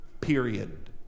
Period